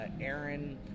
Aaron